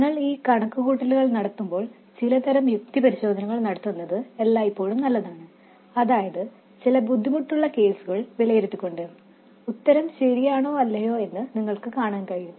നിങ്ങൾ ഈ കണക്കുകൂട്ടലുകൾ നടത്തുമ്പോൾ ചിലതരം യുക്തിപരിശോധനകൾ നടത്തുന്നത് എല്ലായ്പ്പോഴും നല്ലതാണ് അതായത് ചില ബുദ്ധിമുട്ടുള്ള കേസുകൾ വിലയിരുത്തിക്കൊണ്ട് ഉത്തരം ശരിയാണോ അല്ലയോ എന്നു നിങ്ങൾക്ക് കാണാൻ കഴിയും